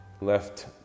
left